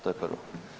To je prvo.